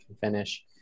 finish